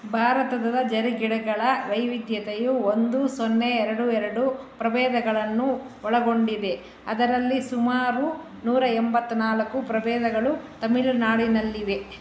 ಭಾರತದ ಜರೀಗಿಡಗಳ ವೈವಿಧ್ಯತೆಯು ಒಂದು ಸೊನ್ನೆ ಎರಡು ಎರಡು ಪ್ರಭೇದಗಳನ್ನು ಒಳಗೊಂಡಿದೆ ಅದರಲ್ಲಿ ಸುಮಾರು ನೂರ ಎಂಬತ್ತ ನಾಲ್ಕು ಪ್ರಭೇದಗಳು ತಮಿಳ್ನಾಡಿನಲ್ಲಿವೆ